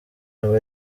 aba